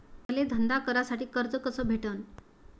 मले धंदा करासाठी कर्ज कस भेटन?